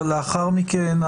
ולאחר מכן,